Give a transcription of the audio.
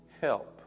help